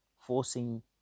forcing